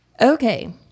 Okay